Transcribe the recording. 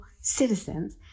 citizens